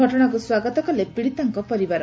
ଘଟଣାକୁ ସ୍ୱାଗତ କଲେ ପୀଡ଼ିତାଙ୍କ ପରିବାର